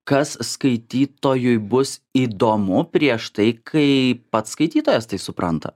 kas skaitytojui bus įdomu prieš tai kai pats skaitytojas tai supranta